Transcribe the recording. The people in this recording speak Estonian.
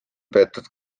peetud